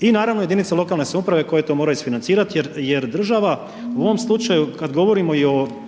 I naravno jedinica lokalne samouprave koja to mora izfinancirat, jer, jer država u ovom slučaju kad govorimo i o